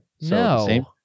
No